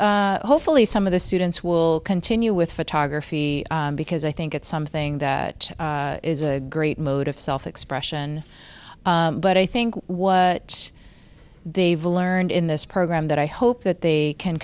if hopefully some of the students will continue with photography because i think it's something that is a great mode of self expression but i think what they've learned in this program that i hope that they can